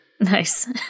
Nice